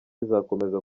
izakomeza